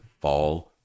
fall